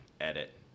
edit